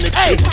hey